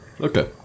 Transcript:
Okay